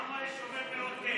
למה "יישובי מיעוטים"?